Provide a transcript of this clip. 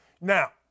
Now